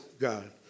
God